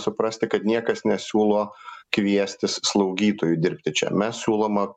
suprasti kad niekas nesiūlo kviestis slaugytojų dirbti čia mes siūloma